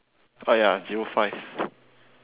oh ya zero five